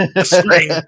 spring